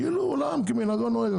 כאילו עולם כמנהגו נוהג,